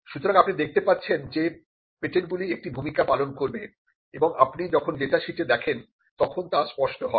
সুতরাং আপনি দেখতে পাচ্ছেন যে পেটেন্টগুলি একটি ভূমিকা পালন করবে এবং আপনি যখন ডেটাশিটে দেখেন তখন তা স্পষ্ট হয়